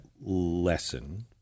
lesson